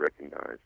recognize